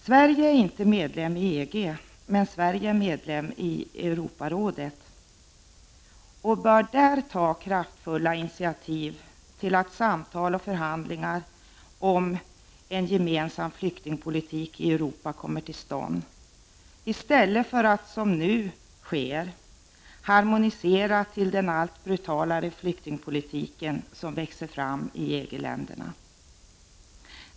Sverige är inte medlem i EG men väl i Europarådet och bör där ta kraftfulla initiativ till att samtal och förhandlingar om att en gemensam flyktingpolitik i Europa kommer till stånd i stället för den harmonisering till den allt brutalare flyktingpolitik som nu växer fram i EG-länderna.